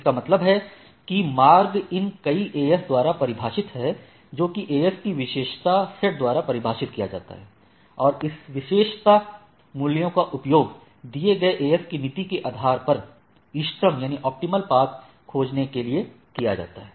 इसका मतलब है कि मार्ग इन कई AS द्वारा परिभाषित है जोकि AS की विशेषता सेट द्वारा परिभाषित किया जाता है और इस विशेषता मूल्यों का उपयोग दिए गए AS की नीति के आधार पर इष्टतम पथ खोजने के लिए किया जाता है